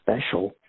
special